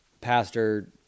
pastor